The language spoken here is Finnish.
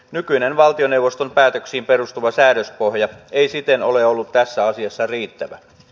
nykyinen valtioneuvoston päätöksiin perustuva säädöspohja ei siten ole ollut tässä asiassa riittävä